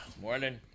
Morning